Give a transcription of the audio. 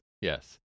Yes